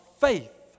faith